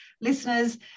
Listeners